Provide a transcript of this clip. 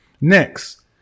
Next